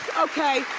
okay,